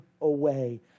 away